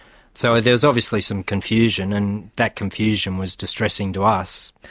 so there was obviously some confusion and that confusion was distressing to us.